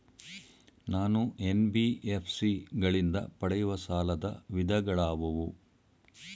ನಾನು ಎನ್.ಬಿ.ಎಫ್.ಸಿ ಗಳಿಂದ ಪಡೆಯುವ ಸಾಲದ ವಿಧಗಳಾವುವು?